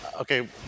okay